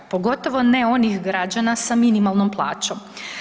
Pogotovo ne onih građana sa minimalnom plaćom.